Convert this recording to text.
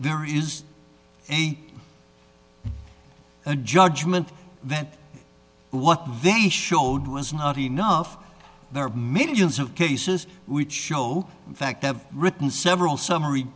there is a a judgment that what they showed was not enough there are mentions of cases which show in fact i've written several summary